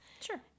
Sure